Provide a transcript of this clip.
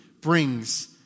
brings